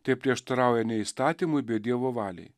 tai prieštarauja ne įstatymui bet dievo valiai